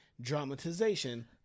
dramatization